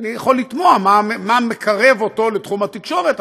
אני יכול לתמוה מה מקרב אותו לתחום התקשורת,